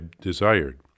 desired